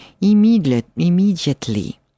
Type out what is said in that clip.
immediately